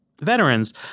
veterans